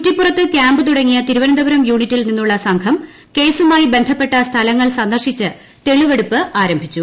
കുറ്റിപ്പുറത്ത് camp തുടങ്ങിയ തിരുവനന്തപുരം യൂണിറ്റിൽ നിന്നുള്ള സംഘം കേസുമായി ബന്ധപ്പെട്ട സ്ഥലങ്ങൾ സന്ദർശിച്ച് തെളിവെടുപ്പ് ആരംഭിച്ചു